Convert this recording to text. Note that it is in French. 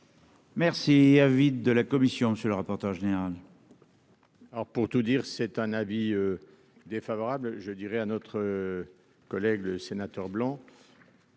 Merci à vide de la commission, monsieur le rapporteur général. Alors, pour tout dire, c'est un avis défavorable je dirais à notre collègue le sénateur blanc.